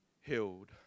healed